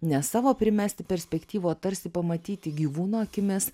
ne savo primesti perspektyvą o tarsi pamatyti gyvūno akimis